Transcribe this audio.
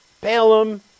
Balaam